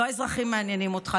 לא האזרחים מעניינים אותך.